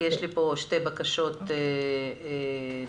שתי בקשות לדיבור.